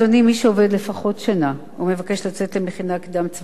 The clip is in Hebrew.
מי שעובד לפחות שנה ומבקש לצאת למכינה קדם-צבאית